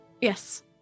Yes